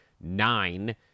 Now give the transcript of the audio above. nine